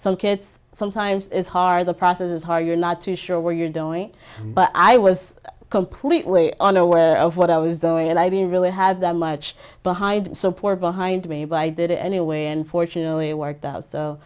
some kids sometimes it's hard the process is hard you're not too sure where you're going but i was completely unaware of what i was doing and i didn't really have that much behind support behind me but i did anyway unfortunately it worked out so